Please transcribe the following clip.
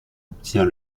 obtient